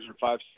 five